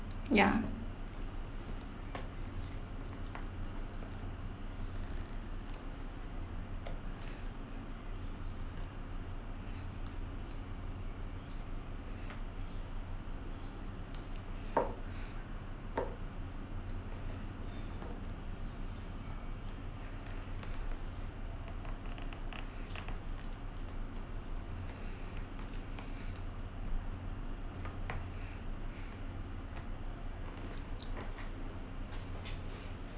ya